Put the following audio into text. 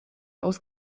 aus